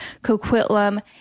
Coquitlam